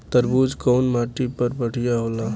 तरबूज कउन माटी पर बढ़ीया होला?